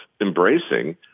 embracing